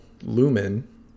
lumen